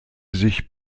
sich